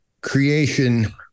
creation